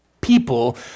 people